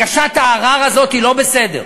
הגשת הערר הזאת היא לא בסדר,